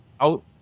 out